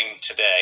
today